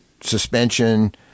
suspension